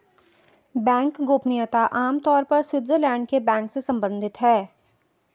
bank गोपनीयता आम तौर पर स्विटज़रलैंड के बैंक से सम्बंधित है